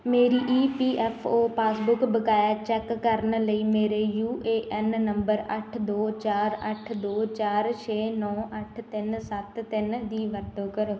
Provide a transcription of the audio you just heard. ਮੇਰੀ E P F O passbook ਬਕਾਇਆ check ਕਰਨ ਲਈ ਮੇਰੇ ਯੂ ਏ ਐਨ ਨੰਬਰ ਅੱਠ ਦੋ ਚਾਰ ਅੱਠ ਦੋ ਚਾਰ ਛੇ ਨੌ ਅੱਠ ਤਿੰਨ ਸੱਤ ਤਿੰਨ ਦੀ ਵਰਤੋਂ ਕਰੋ